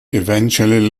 eventually